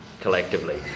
collectively